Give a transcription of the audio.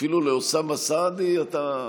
אפילו לאוסאמה סעדי אתה,